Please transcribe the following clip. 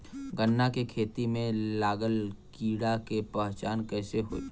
गन्ना के खेती में लागल कीड़ा के पहचान कैसे होयी?